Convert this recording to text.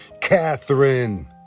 Catherine